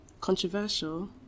Controversial